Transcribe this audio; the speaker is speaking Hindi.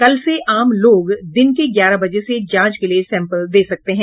कल से आम लोग दिन के ग्यारह बजे से जांच के लिए सैम्पल दे सकते हैं